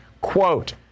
quote